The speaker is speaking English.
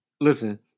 listen